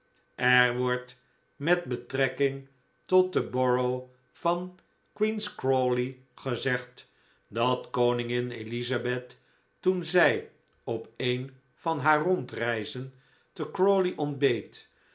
er wordt met betrekking tot de borough van queen's crawley gezegd dat koningin elizabeth toen zij op een van haar rondreizen te